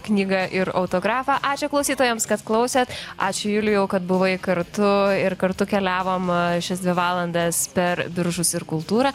knygą ir autografą ačiū klausytojams kad klausėt ačiū julijau kad buvai kartu ir kartu keliavom šias dvi valandas per biržus ir kultūrą